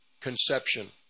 conception